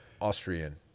Austrian